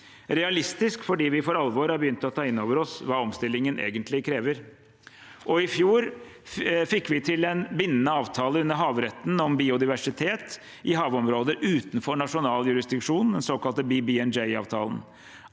realistisk fordi vi for alvor har begynt å ta inn over oss hva omstillingen egentlig krever. I fjor fikk vi til en bindende avtale under havretten om biodiversitet i havområder utenfor nasjonal jurisdiksjon, den såkalte BBNJ-avtalen.